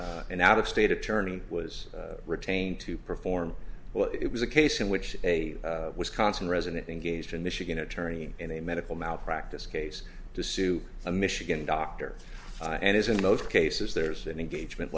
that an out of state attorney was retained to perform well it was a case in which a wisconsin resident engaged in michigan attorney in a medical malpractise case to sue a michigan doctor and is in most cases there's an engagement